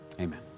Amen